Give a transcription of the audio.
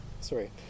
sorry